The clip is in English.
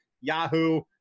Yahoo